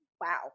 wow